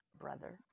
Brother